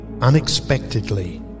unexpectedly